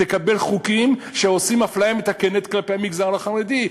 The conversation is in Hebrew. תקבל חוקים שעושים אפליה מתקנת כלפי המגזר החרדי,